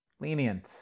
Lenient